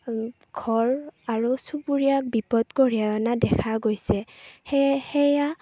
ঘৰ আৰু চুবুৰীয়াক বিপদ কঢ়িয়াই অনা দেখা গৈছে সেয়ে সেয়া